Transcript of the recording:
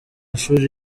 shuri